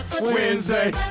Wednesday